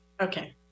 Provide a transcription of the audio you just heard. Okay